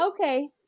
Okay